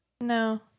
No